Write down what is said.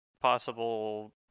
possible